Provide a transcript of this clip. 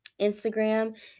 Instagram